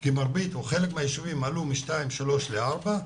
כי חלק מהיישובים עלו מ-3-2 ל-4.